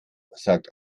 sagt